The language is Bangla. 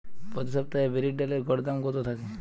প্রতি সপ্তাহে বিরির ডালের গড় দাম কত থাকে?